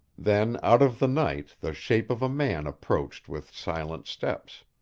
then out of the night the shape of a man approached with silent steps.